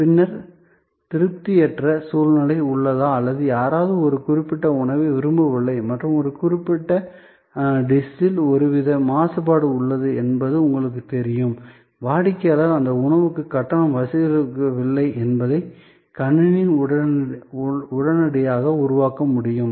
பின்னர் திருப்தியற்ற சூழ்நிலை உள்ளதா அல்லது யாராவது ஒரு குறிப்பிட்ட உணவை விரும்பவில்லை மற்றும் ஒரு குறிப்பிட்ட டிஸில் ஒருவித மாசுபாடு உள்ளதா என்பது உங்களுக்குத் தெரியும் வாடிக்கையாளர் அந்த உணவுக்கு கட்டணம் வசூலிக்கவில்லை என்பதை கணினி உடனடியாக உருவாக்க முடியும்